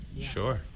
Sure